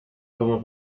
como